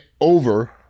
over